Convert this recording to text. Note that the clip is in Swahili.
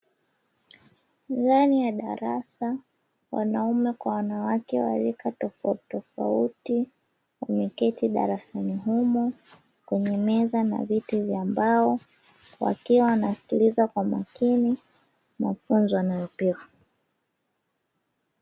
Ndani ya darasa wanaume kwa wanawake wa rika tofautitofauti wameketi darasani humo kwenye meza na viti vya mbao, wakiwa wanasikiliza kwa makini mafunzo wanayopewa.